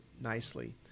nicely